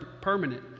permanent